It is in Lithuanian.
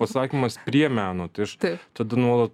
psakymas prie meno tai aš tada nuolat